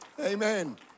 Amen